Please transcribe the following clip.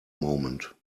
moment